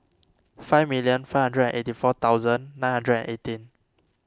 five million five hundred and eighty four thousand nine hundred and eighteen